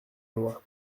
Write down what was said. loi